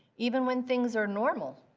even when things are normal.